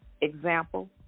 Example